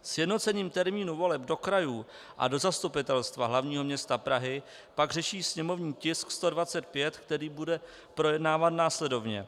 Sjednocením termínu voleb do krajů a do Zastupitelstva hlavního města Prahy pak řeší sněmovní tisk 125, který bude projednáván následovně.